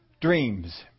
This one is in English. dreams